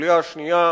החוליה השנייה